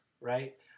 right